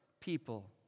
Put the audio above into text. people